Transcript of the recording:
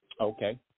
okay